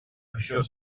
això